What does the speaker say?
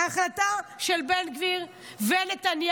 ההחלטה של בן גביר ונתניהו,